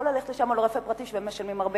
או ללכת לשם או ללכת לרופא פרטי, ששם משלמים הרבה.